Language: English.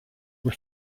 were